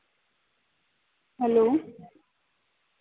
hello